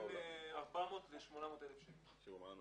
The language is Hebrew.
בין 400 ל-800 אלף שקל.